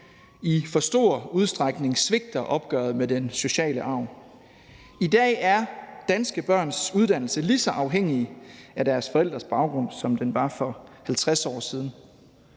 i for stor udstrækning svigter opgøret med den sociale arv. I dag er danske børns uddannelse lige så afhængig af deres forældres baggrund, som den var for 50 år siden.